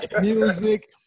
music